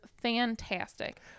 fantastic